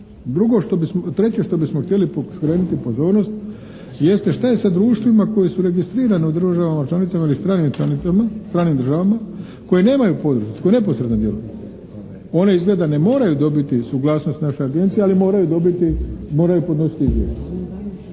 Drugo što, treće što bismo htjeli skrenuti pozornost jeste što je sa društvima koje su registrirana u državama članicama ili stranim članicama, stranim državama koje nemaju podružnicu, koje neposredno djeluju. One izgleda ne moraju dobiti suglasnost naše agencije, ali moraju dobiti, moraju